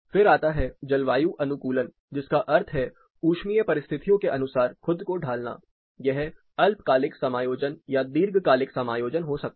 फिर आता है जलवायु अनुकूलन जिसका अर्थ है ऊष्मीय परिस्थितियों के अनुसार खुद को ढालना यह अल्पकालिक समायोजन या दीर्घकालिक समायोजन हो सकता है